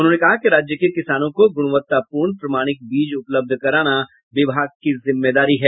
उन्होंने कहा कि राज्य के किसानों को गुणवत्तापूर्ण प्रमाणिक बीज उपलब्ध कराना विभाग की जिम्मेदारी है